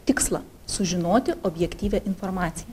tikslą sužinoti objektyvią informaciją